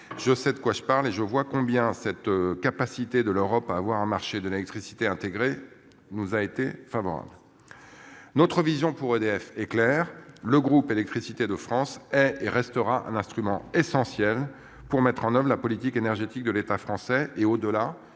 Je sais de quoi je parle et je vois combien cette capacité de l'Europe à avoir au marché de l'électricité intégré nous a été favorable. Notre vision pour EDF et clair. Le groupe Électricité de France est et restera un instrument essentiel pour mettre en oeuvre la politique énergétique de l'État français et au